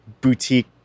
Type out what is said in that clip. boutique